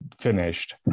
finished